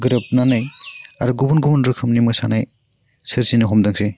गोरोबनानै आरो गुबुन गुबुन रोखोमनि मोसानाय सोरजिनो हमदोंंसै